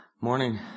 Morning